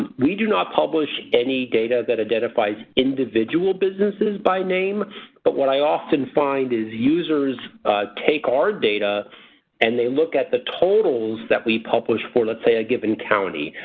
we do not publish any data that identifies individual businesses by name but what i often find is users take our data and they look at the totals that we publish for let's say a given county.